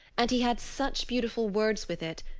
and he had such beautiful words with it,